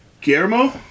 Guillermo